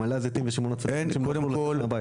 מעלה הזיתים ושמעון הצדיק שהם לא יוצאים מהבית.